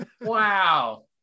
Wow